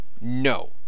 No